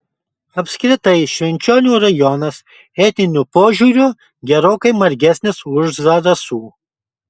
apskritai švenčionių rajonas etniniu požiūriu gerokai margesnis už zarasų